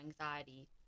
anxiety